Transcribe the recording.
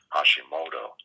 Hashimoto